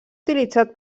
utilitzat